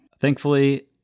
thankfully